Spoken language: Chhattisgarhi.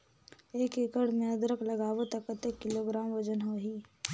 एक एकड़ मे अदरक लगाबो त कतेक किलोग्राम वजन होही?